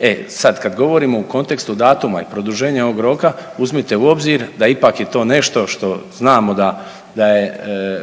E sad kad govorimo u kontekstu datuma i produženja ovog roka uzmite u obzir da ipak je nešto što znamo da, da je,